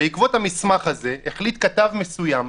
בעקבות המסמך הזה החליט כתב מסוים,